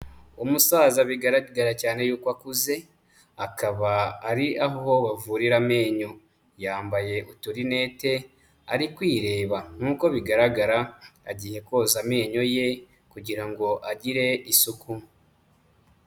Umusaza bigaragara cyane yuko akuze, akaba ari aho bavurira amenyo, yambaye uturinete ari kwireba nk'uko bigaragara agiye koza amenyo ye kugira ngo agire isuku.